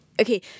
okay